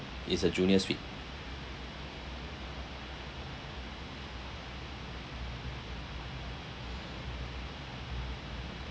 it's a junior suite